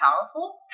powerful